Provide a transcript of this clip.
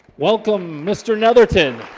welcome mister netherton